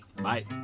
Bye